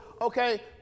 okay